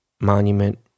monument